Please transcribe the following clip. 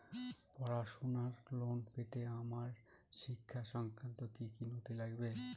পড়াশুনোর লোন পেতে আমার শিক্ষা সংক্রান্ত কি কি নথি লাগবে?